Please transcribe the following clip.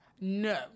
No